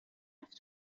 رفت